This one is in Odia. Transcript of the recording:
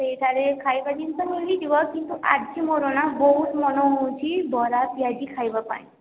ସେଇଠାରେ ଖାଇବା ଜିନିଷ ମିଳିଯିବ କିନ୍ତୁ ଆଜି ମୋର ନା ବହୁତ ମନ ହେଉଛି ବରା ପିଆଜି ଖାଇବାପାଇଁ